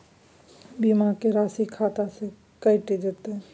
बीमा के राशि खाता से कैट जेतै?